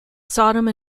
sodom